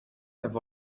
have